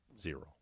zero